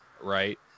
right